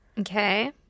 Okay